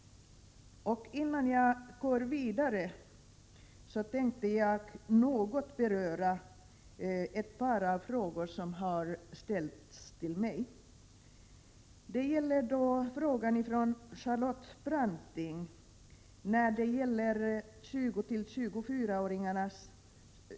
Innan jag går vidare tänkte jag något beröra ett par frågor som har ställts till mig. Charlotte Branting tog upp frågan om den ökade arbetslösheten bland 20—-24-åringarna.